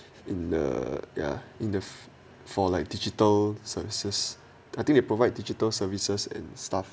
in the ya in the for like digital services I think they provide digital services and stuff